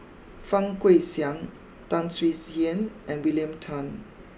Fang Guixiang Tan Swie Hian and William Tan